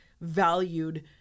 valued